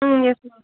ம் yes ma'am